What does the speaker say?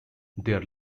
their